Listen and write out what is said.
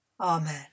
Amen